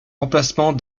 remplacement